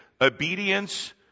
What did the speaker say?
Obedience